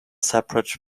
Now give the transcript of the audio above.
separate